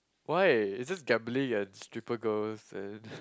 why it's just gambling and stripper girls and